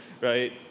right